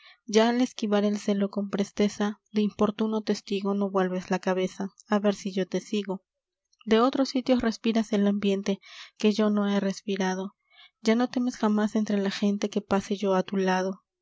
ya al esquivar el celo con presteza de importuno testigo no vuelves la cabeza á ver si yo te sigo de otros sitios respiras el ambiente que yo no he respirado ya no temes jamás entre la gente que pase yo á tu lado los